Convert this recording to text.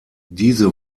diese